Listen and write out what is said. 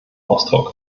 ausdruck